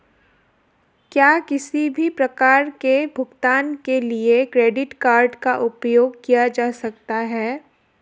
क्या किसी भी प्रकार के भुगतान के लिए क्रेडिट कार्ड का उपयोग किया जा सकता है?